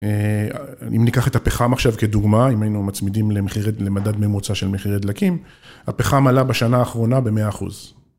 אם ניקח את הפחם עכשיו כדוגמה, אם היינו מצמידים למדד ממוצע של מחירי דלקים, הפחם עלה בשנה האחרונה ב-100%.